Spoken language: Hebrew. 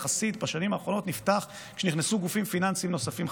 יחסית נפתח כשנכנסו גופים פיננסיים נוספים,